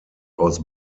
aus